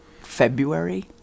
February